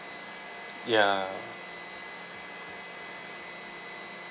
ya